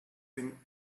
think